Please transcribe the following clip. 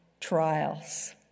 trials